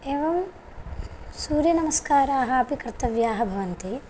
एवं सूर्यनमस्काराः अपि कर्तव्याः भवन्ति